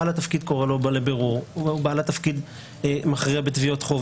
בעל התפקיד קורא לו לבירור ומכריע בתביעות חוב.